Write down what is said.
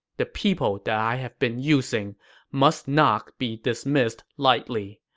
the people that i have been using must not be dismissed lightly.